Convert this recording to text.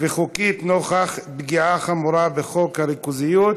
וחוקית נוכח פגיעה חמורה בחוק הריכוזיות,